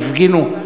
והם הפגינו,